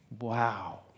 Wow